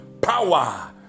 Power